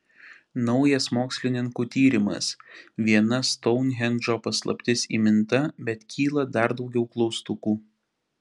naujas mokslininkų tyrimas viena stounhendžo paslaptis įminta bet kyla dar daugiau klaustukų